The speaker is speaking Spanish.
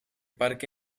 parque